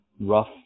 rough